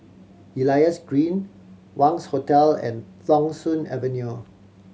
Elias Green Wangz Hotel and Thong Soon Avenue